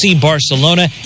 barcelona